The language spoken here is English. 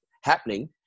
happening